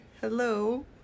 Hello